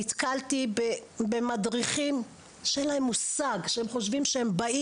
נתקלתי במדריכים שאין להם מושג,